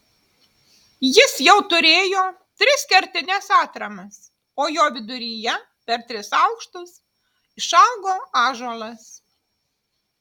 jis jau turėjo tris kertines atramas o jo viduryje per tris aukštus išaugo ąžuolas